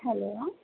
hello